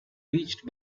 reached